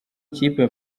ikipe